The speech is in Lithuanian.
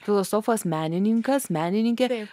filosofas menininkas menininkė